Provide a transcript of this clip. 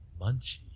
Munchie